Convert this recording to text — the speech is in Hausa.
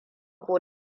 ko